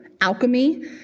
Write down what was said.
alchemy